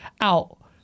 out